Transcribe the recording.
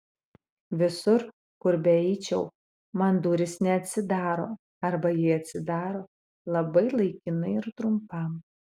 visur kur beeičiau man durys neatsidaro arba jei atsidaro labai laikinai ir trumpam